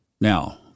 Now